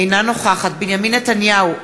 אינה נוכחת בנימין נתניהו,